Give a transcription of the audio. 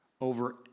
over